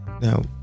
Now